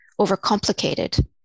overcomplicated